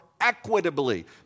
equitably